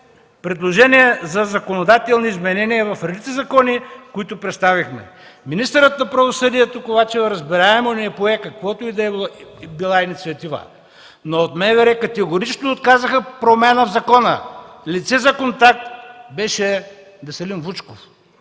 предложение за законодателни изменения в редица закони, които представихме. Министърът на правосъдието Ковачева разбираемо не пое каквато и да било инициатива, но от МВР категорично отказаха промяна в закона. Лице за контакт беше Веселин Вучков,